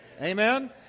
amen